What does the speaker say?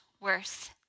worse